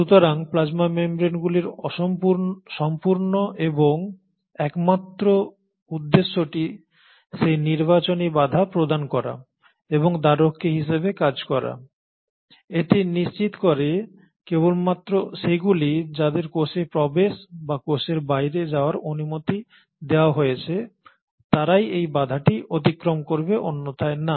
সুতরাং প্লাজমা মেমব্রেনগুলির সম্পূর্ণ এবং একমাত্র উদ্দেশ্যটি সেই নির্বাচনী বাধা প্রদান করা এবং দ্বাররক্ষী হিসাবে কাজ করা এটি নিশ্চিত করে কেবলমাত্র সেগুলি যাদের কোষে প্রবেশ বা কোষের বাইরে যাওয়ার অনুমতি দেওয়া হয়েছে তারাই এই বাধাটি অতিক্রম করবে অন্যথায় না